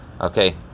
Okay